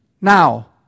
Now